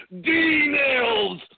D-Nails